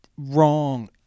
Wrong